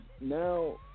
now